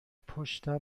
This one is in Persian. پشتم